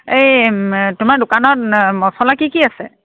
এই তোমাৰ দোকানত মছলা কি কি আছে